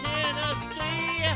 Tennessee